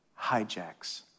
hijacks